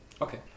Okay